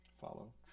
follow